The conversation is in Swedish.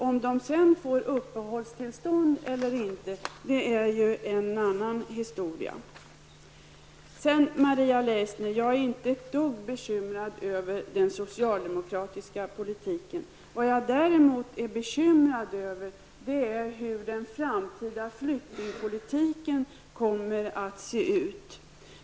Om de sedan får uppehållstillstånd eller inte är ju en annan sak. Maria Leissner, jag är inte ett dugg bekymrad över den socialdemokratiska politiken. Vad jag däremot är bekymrad över är hur den framtida flyktingpolitiken kan komma att se ut.